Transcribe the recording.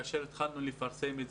כאשר התחלנו לפרסם,